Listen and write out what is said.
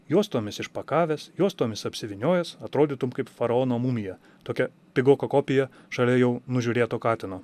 juostomis išpakavęs juostomis apsivyniojęs atrodytum kaip faraono mumija tokia pigoka kopija šalia jau nužiūrėto katino